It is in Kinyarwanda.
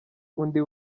undi